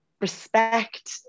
respect